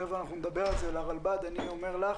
אני אומר לרלב"ד,